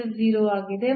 ಇದು 0 ಆಗಿದೆ